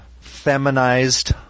feminized